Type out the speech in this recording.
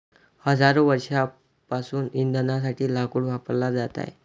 हजारो वर्षांपासून इंधनासाठी लाकूड वापरला जात आहे